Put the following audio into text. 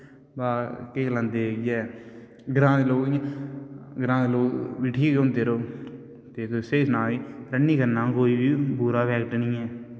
केई गलांदे इ'यां ग्रां दे लोग ग्रांऽ दे लोग बी ठीक होंदे जे स्हेई सनां ते रनिंग करने दा कोई बी बुरी इफैक्ट निं ऐ